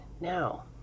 Now